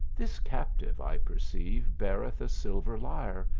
this captive, i perceive, beareth a s ilver lyre,